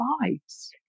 lives